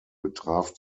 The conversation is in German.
betraf